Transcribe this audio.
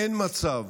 אין מצב